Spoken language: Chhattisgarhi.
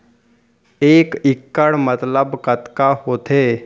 एक इक्कड़ मतलब कतका होथे?